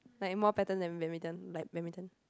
like more pattern than badminton like badminton